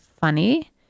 funny